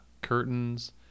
curtains